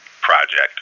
project